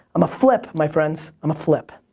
um flip, my friends. i'mma flip.